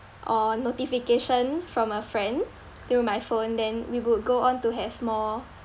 or notification from a friend through my phone then we would go on to have more